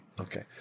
okay